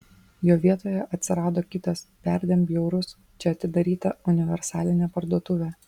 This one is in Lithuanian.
jo vietoje atsirado kitas perdėm bjaurus čia atidaryta universalinė parduotuvė